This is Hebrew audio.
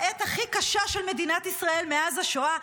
בעת הכי קשה של מדינת ישראל מאז השואה,